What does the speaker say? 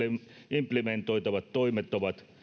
implementoitavat toimet ovat